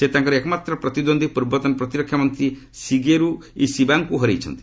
ସେ ତାଙ୍କର ଏକମାତ୍ର ପ୍ରତିଦ୍ୱନ୍ଦୀ ପୂର୍ବତନ ପ୍ରତିରକ୍ଷା ମନ୍ତ୍ରୀ ଶିଗେରୁ ଇଶିବାଙ୍କୁ ହରାଇଛନ୍ତି